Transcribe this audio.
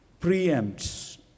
preempts